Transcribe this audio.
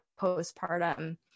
postpartum